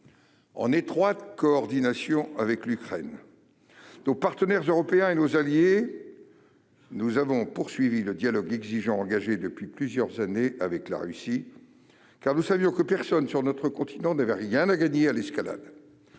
En étroite coordination avec l'Ukraine, nos partenaires européens et nos alliés, nous avons poursuivi le dialogue exigeant engagé depuis plusieurs années avec la Russie, car nous savions que personne sur notre continent n'avait rien à gagner à l'escalade.